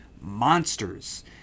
monsters